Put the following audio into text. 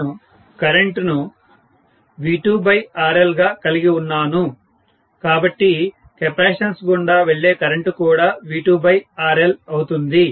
నేను కరెంటును V2RLగా కలిగి ఉన్నాను కాబట్టి కెపాసిటన్స్ గుండా వెళ్లే కరెంటు కూడా V2RLఅవుతుంది